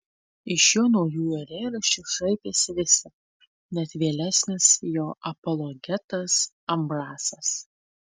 iš jo naujųjų eilėraščių šaipėsi visi net vėlesnis jo apologetas ambrasas